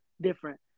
different